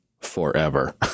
forever